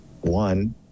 one